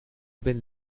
been